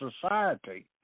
society